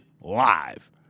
live